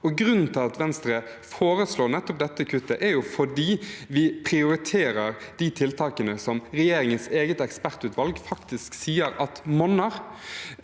Grunnen til at Venstre foreslår nettopp dette kuttet, er at vi prioriterer de tiltakene som regjeringens eget ekspertutvalg sier at monner.